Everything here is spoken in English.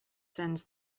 sends